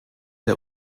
der